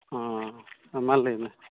ᱦᱮᱸᱢᱟ ᱞᱟᱹᱭ ᱢᱮ